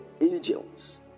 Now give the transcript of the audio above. angels